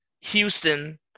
Houston